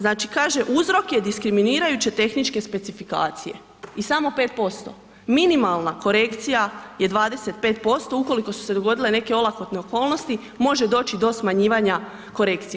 Znači kaže, uzrok je diskriminirajuće tehničke specifikacije i samo 5%, minimalna korekcija je 25% ukoliko su se dogodile neke olakotne okolnosti može doći do smanjivanja korekcije.